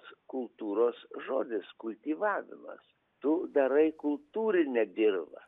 kultūros žodis kultivavimas tu darai kultūrinę dirvą